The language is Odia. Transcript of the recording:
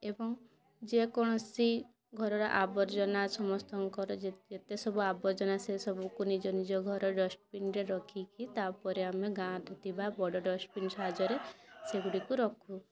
ଏବଂ ଯେ କୌଣସି ଘରର ଆବର୍ଜନା ସମସ୍ତଙ୍କର ଯେତେ ସବୁ ଆବର୍ଜନା ସେ ସବୁକୁ ନିଜ ନିଜ ଘରର ଡଷ୍ଚବିନ୍ରେ ରଖିକି ତାପରେ ଆମେ ଗାଁରେ ଥିବା ବଡ଼ ଡଷ୍ଟବିନ୍ ସାହାଯ୍ୟରେ ସେଗୁଡ଼ିକୁ ରଖୁ